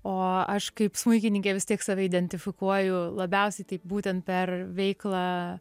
o aš kaip smuikininkė vis tiek save identifikuoju labiausiai tai būtent per veiklą